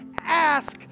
ask